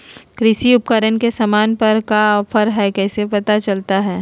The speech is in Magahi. कृषि उपकरण के सामान पर का ऑफर हाय कैसे पता चलता हय?